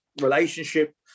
relationship